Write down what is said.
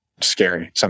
scary